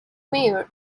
mayor